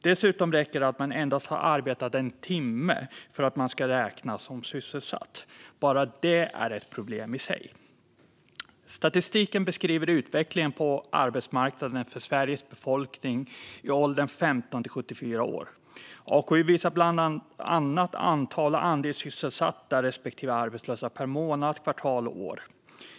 Dessutom räcker det att man har arbetat endast en timme för att man ska räknas som sysselsatt. Bara det är ett problem i sig. Statistiken beskriver utvecklingen på arbetsmarknaden för Sveriges befolkning i åldern 15-74 år. AKU visar bland annat antal och andel sysselsatta respektive arbetslösa per månad, kvartal och år.